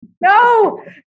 no